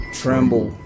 tremble